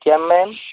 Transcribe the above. क्या मैम